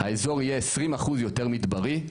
האזור יהיה 20% יותר מדברי,